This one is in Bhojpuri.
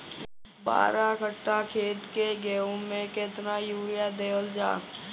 बारह कट्ठा खेत के गेहूं में केतना यूरिया देवल जा?